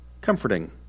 comforting